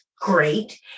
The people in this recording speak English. great